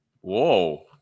Whoa